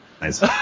Nice